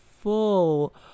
full